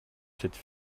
cette